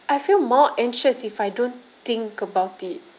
I feel more anxious if I don't think about it